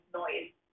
noise